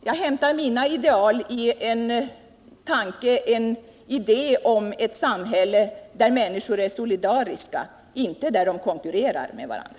Jag hämtar mina ideal i en tanke, en idé om ett samhälle där människor är solidariska, där de inte konkurrerar med varandra.